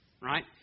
Right